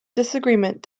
disagreement